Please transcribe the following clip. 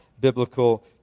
biblical